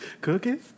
Cookies